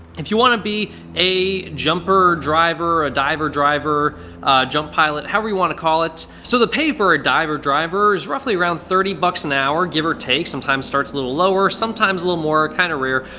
if you want to be a jumper driver, a diver driver jump pilot, however you want to call it. so the pay for a diver driver is roughly around thirty bucks an hour give or take. sometimes starts a little lower, sometimes a little more. kind of rare.